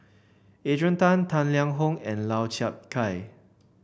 Adrian Tan Tang Liang Hong and Lau Chiap Khai